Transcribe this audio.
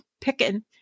picking